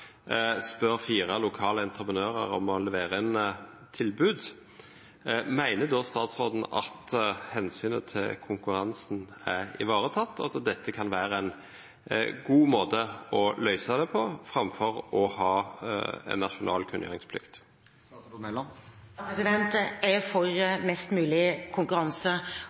spør fire lokale entreprenører om å levere inn tilbud – mener da statsråden at hensynet til konkurransen er ivaretatt, og at dette kan være en god måte å løse det på, framfor å ha en nasjonal kunngjøringsplikt? Jeg er for mest mulig konkurranse,